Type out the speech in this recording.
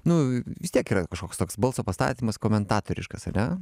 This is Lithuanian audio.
nu vis tiek yra kažkoks toks balso pastatymas komentatoriškas ar ne